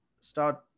start